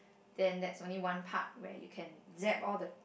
then that's only one part where you can zap all the